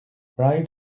right